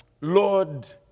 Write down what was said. Lord